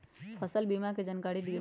फसल बीमा के जानकारी दिअऊ?